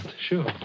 sure